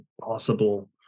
possible